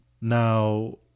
now